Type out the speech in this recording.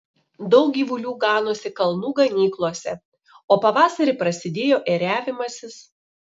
daug gyvulių ganosi kalnų ganyklose o pavasarį prasidėjo ėriavimasis